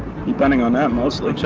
depending on them mostly.